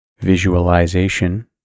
Visualization